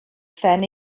phen